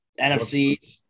NFC